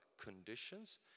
conditions